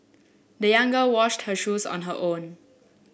the young girl washed her shoes on her own